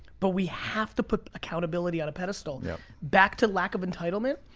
but we have to put accountability on a pedestal. yeah back to lack of entitlement,